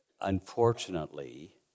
Unfortunately